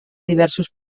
diversos